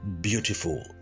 beautiful